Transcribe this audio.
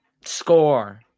score